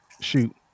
shoot